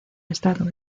estado